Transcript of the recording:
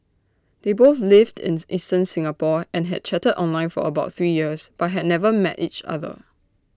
they both lived in eastern Singapore and had chatted online for about three years but had never met each other